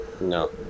No